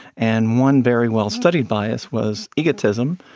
and one very well-studied bias was egotism,